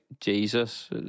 Jesus